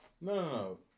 No